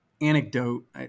anecdote